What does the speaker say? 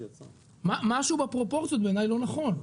משהו בפרופורציות בעיניי לא נכון.